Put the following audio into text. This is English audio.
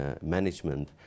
management